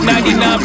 99